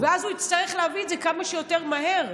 ואז הוא יצטרך להביא את זה כמה שיותר מהר,